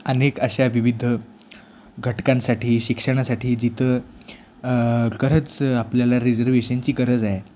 अनेक अशा विविध घटकांसाठी शिक्षणासाठी जिथं खरंच आपल्याला रिझर्वेशनची गरज आहे